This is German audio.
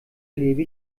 lebe